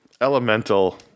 elemental